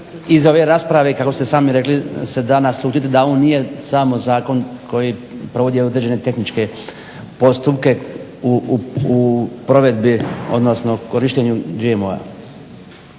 iz ove rasprave kako ste sami rekli se da naslutiti da on nije samo zakon koji provodi određene tehničke postupke u provedbi, odnosno korištenju GMO-a.